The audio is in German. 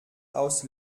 aus